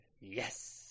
Yes